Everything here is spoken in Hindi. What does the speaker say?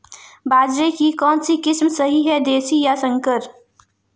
बाजरे की कौनसी किस्म सही हैं देशी या संकर?